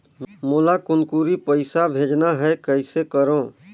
मोला कुनकुरी पइसा भेजना हैं, कइसे करो?